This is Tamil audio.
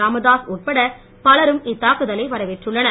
ராமதாஸ் உட்பட பலரும் இத்தாக்குதலை வரவேற்றுள்ளனர்